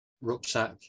rucksack